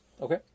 Okay